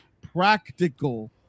practical